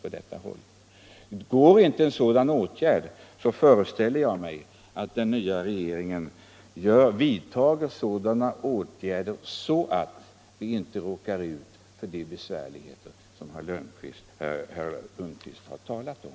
Går det inte på detta sätt föreställer jag mig att den nya regeringen vidtar sådana åtgärder att vi inte råkar ut för de besvärligheter som herr Lundkvist har talat om.